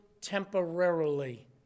temporarily